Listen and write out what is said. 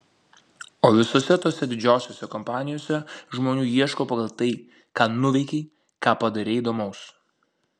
o visose tose didžiosiose kompanijose žmonių ieško pagal tai ką nuveikei ką padarei įdomaus